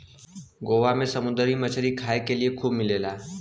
गोवा में समुंदरी मछरी खाए के लिए खूब मिलेला